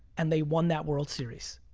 and they won that world series.